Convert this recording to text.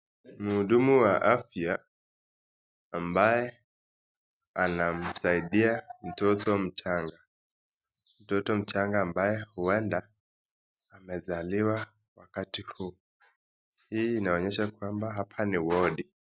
Mhudumu wa afya ambaye anamsaidia mtoto mchanga , mtoto mchanga ambaye huenda amaezaliwa wakati huu, hii inaonyesha kwamba hapa ni wadi.